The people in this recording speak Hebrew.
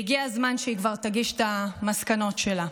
והגיע הזמן שהיא כבר תגיש את המסקנות שלה.